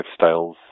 lifestyles